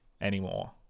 anymore